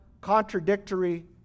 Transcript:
contradictory